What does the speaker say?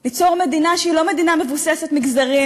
ליצור מדינה שהיא לא מדינה מבוססת מגזרים,